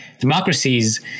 democracies